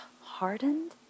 hardened